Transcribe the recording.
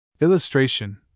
Illustration